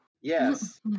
Yes